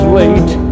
late